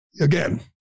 Again